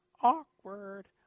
awkward